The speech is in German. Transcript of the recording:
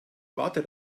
wartet